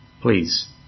Please